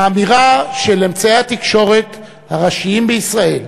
האמירה של אמצעי התקשורת הראשיים בישראל,